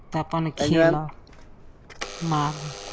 तऽ अपन खयलक माल